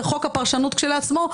וחוק הפרשנות כשלעצמו,